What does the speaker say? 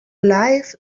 life